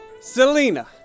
Selena